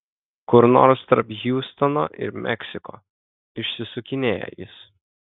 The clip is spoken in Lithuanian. kur nors tarp hjustono ir meksiko išsisukinėja jis